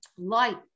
Light